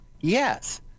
Yes